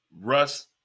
russ